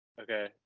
Okay